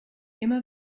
immer